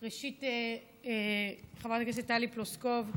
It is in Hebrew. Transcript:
ראשית, חברת הכנסת טלי פלוסקוב,